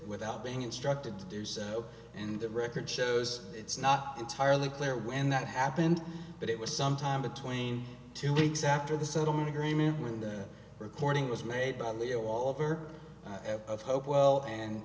without being instructed to do so and the record shows it's not entirely clear when that happened but it was sometime between two weeks after the settlement agreement when the recording was made by the offer of hopewell and